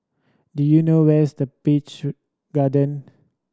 do you know where is the Peach Garden